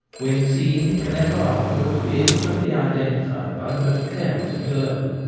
when seen it can ever afterwards be instantly identi fied by the most careless observer.